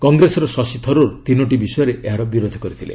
କଂଗ୍ରେସର ଶଶି ଥରୁର୍ ତିନୋଟି ବିଷୟରେ ଏହାର ବିରୋଧ କରିଥିଲେ